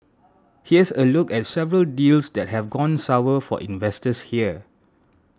here's a look at several deals that have gone sour for investors here